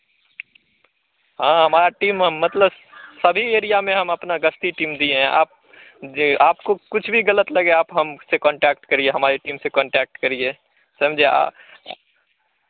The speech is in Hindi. हाँ हमारा टीम मतलब सभी एरिया में हम अपना गश्ती टीम दिए हैं आप जे आपको कुछ भी गलत लगे आप हमसे कॉन्टैक्ट करिए हमारे टीम से कॉन्टैक्ट करिए समझे आ आ